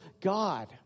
God